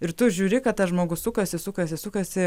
ir tu žiūri kad tas žmogus sukasi sukasi sukasi